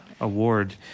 award